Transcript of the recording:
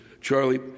Charlie